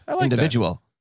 individual